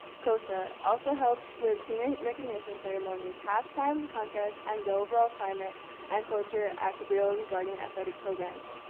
c o s a. also helps with senior recognition ceremonies, half time contests, and the overall climate and culture at cabrillo regarding athletic programs.